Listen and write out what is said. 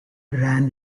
ran